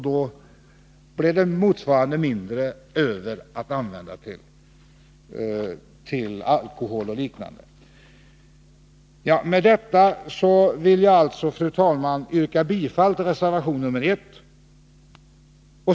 Det blev då lika mycket mindre över att använda till alkohol och liknande. Med detta vill jag yrka bifall till reservation 1.